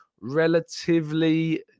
relatively